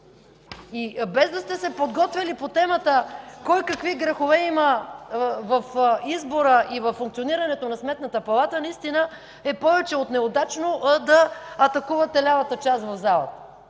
И без да сте се подготвили по темата кой какви грехове има в избора и във функционирането на Сметната палата, повече от неудачно е да атакувате лявата част в залата!